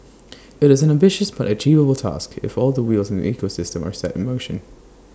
IT is an ambitious but achievable task if all the wheels in the ecosystem are set in motion